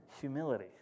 humility